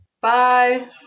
Bye